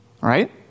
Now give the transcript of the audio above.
right